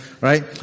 right